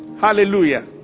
Hallelujah